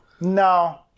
No